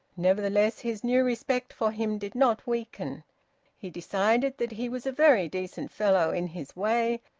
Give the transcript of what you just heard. nevertheless his new respect for him did not weaken he decided that he was a very decent fellow in his way,